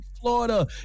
Florida